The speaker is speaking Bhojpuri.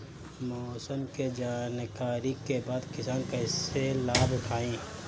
मौसम के जानकरी के बाद किसान कैसे लाभ उठाएं?